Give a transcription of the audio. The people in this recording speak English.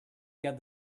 get